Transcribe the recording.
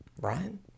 Ryan